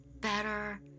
better